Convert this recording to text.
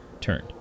turned